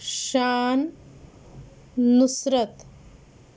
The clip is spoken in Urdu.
شان نصرت